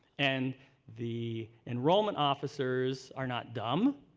and the enrollment officers are not dumb.